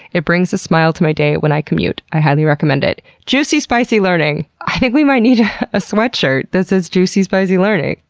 it brings a smile to my day when i commute. i highly recommend it. juicy, spicy learning i think we might need a sweatshirt that says, juicy spicy learning.